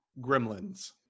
Gremlins